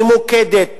ממוקדת,